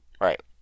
Right